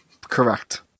Correct